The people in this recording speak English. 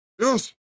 Yes